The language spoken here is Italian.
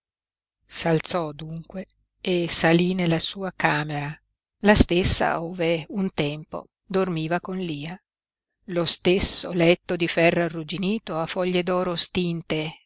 incubo s'alzò dunque e salí nella sua camera la stessa ove un tempo dormiva con lia lo stesso letto di ferro arrugginito a foglie d'oro stinte